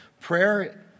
Prayer